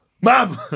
Mom